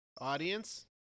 audience